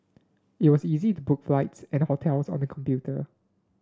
it was easy to book flights and hotels on the computer